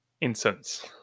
incense